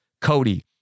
Cody